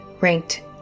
ranked